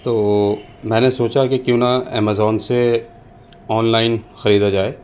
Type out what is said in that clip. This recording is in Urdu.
تو میں نے سوچا کہ کیوں نا ایمازون سے آن لائن خریدا جائے